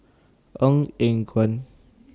Ong Eng Guan